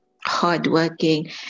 hardworking